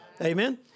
Amen